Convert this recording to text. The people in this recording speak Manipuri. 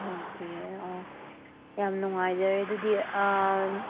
ꯑꯣꯀꯦ ꯑꯣ ꯌꯥꯝ ꯅꯨꯡꯉꯥꯏꯖꯔꯦ ꯑꯗꯨꯗꯤ